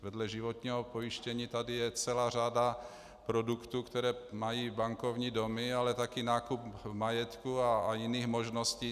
Vedle životního pojištění tady je celá řada produktů, které mají bankovní domy, ale taky nákup majetku a jiných možností.